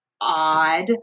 odd